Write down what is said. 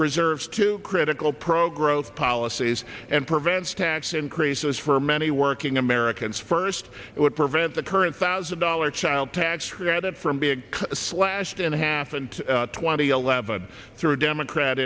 preserves to critical pro growth policies and prevents tax increases for many working americans first it would prevent the current thousand dollars child tax credit from being slashed in half and twenty eleven through democrat